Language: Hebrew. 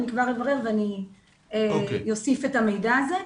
כבר אברר ואוסיף את המידע הזה.